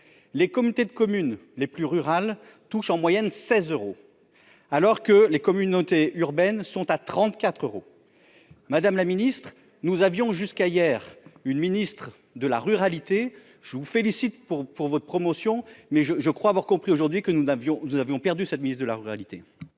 les communautés de communes les plus rurales touche en moyenne seize euros alors que les communautés urbaines sont à trente-quatre euros, madame la ministre, nous avions jusqu'à hier une ministre de la ruralité, je vous félicite pour pour votre promotion mais je je crois avoir compris aujourd'hui que nous n'avions nous avions perdu cette ministre de la réalité.